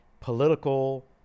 political